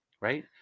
right